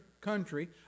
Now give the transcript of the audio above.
country